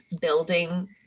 building